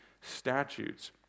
statutes